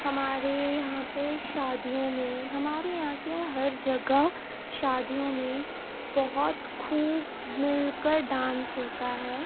ہمارے یہاں پہ شادیوں میں ہمارے یہاں کیا ہر جگہ شادیوں میں بہت خوب مل کر ڈانس ہوتا ہے